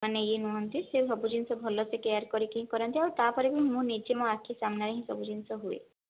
ମାନେ ଇଏ ନୁହନ୍ତି ସେ ସବୁ ଜିନିଷ ଭଲସେ କେୟାର କରିକି ହିଁ କରନ୍ତି ଆଉ ତାପରେ ବି ମୁଁ ନିଜେ ମୋ ଆଖି ସାମ୍ନାରେ ହିଁ ସବୁ ଜିନିଷ ହୁଏ